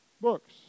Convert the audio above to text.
books